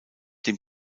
dem